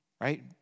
right